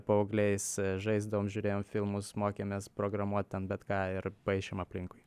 paaugliais žaisdavom žiūrėjom filmus mokėmės programuot ten bet ką ir paišėm aplinkui